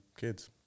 kids